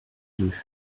deux